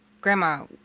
grandma